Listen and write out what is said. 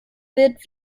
wird